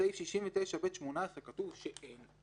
בסעיף 69ב,18 כתוב שאין,